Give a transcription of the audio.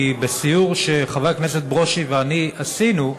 כי בסיור שחבר הכנסת ברושי ואני עשינו,